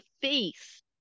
face